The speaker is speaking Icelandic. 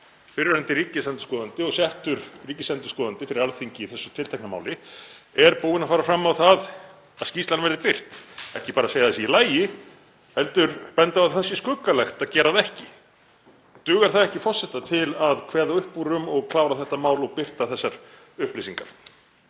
fyrrverandi ríkisendurskoðandi og settur ríkisendurskoðandi fyrir Alþingi í þessu tiltekna máli, er búinn að fara fram á það að skýrslan verði birt, ekki bara segja að það sé í lagi heldur benda á að það sé skuggalegt að gera það ekki? Dugar það ekki forseta til að kveða upp úr um og klára þetta mál og birta þessar upplýsingar?